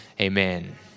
Amen